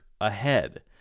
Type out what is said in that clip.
ahead